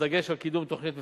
בדגש על קידום תוכנית מפורטת,